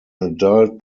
adult